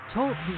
Talk